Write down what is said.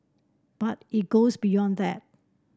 but it goes beyond that